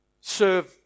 serve